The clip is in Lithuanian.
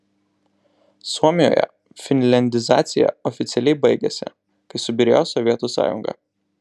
suomijoje finliandizacija oficialiai baigėsi kai subyrėjo sovietų sąjunga